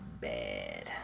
Bad